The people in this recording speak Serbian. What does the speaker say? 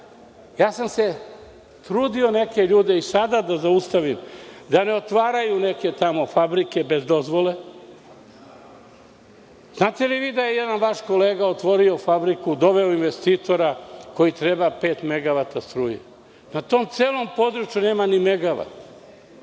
sam se, neke ljude i sada da zaustavim, da ne otvaraju neke tamo fabrike bez dozvole. Znate li da je jedan vaš kolega otvorio fabriku, doveo investitora koji treba pet megavata struje. Na tom celu području nema ni megavat